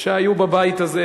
שהיו בבית הזה,